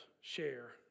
share